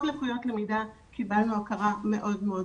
לקויות למידה קיבלנו הכרה מאוד ברורה.